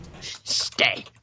Stay